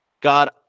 God